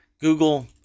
Google